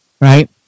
right